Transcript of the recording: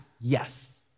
yes